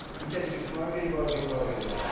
he said to me, schmorgity, borgity, borgity,